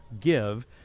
give